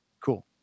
Cool